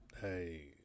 Hey